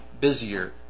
busier